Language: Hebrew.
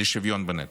לשוויון בנטל.